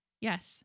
Yes